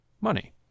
money